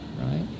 Right